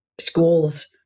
schools